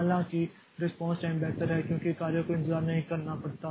हालांकि response time बेहतर है क्योंकि कार्य को इंतजार नहीं करना पड़ता